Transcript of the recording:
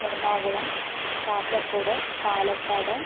Ernakulam Kasaragod Palakkad